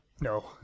no